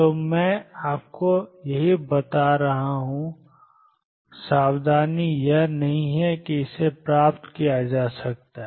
तो मैं आपको यही बता रहा हूं और सावधानी यह नहीं है कि इसे प्राप्त किया जा सकता है